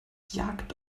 jagd